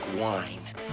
wine